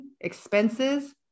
expenses